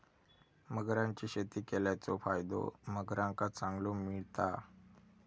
मगरांची शेती केल्याचो फायदो मगरांका चांगलो मिळता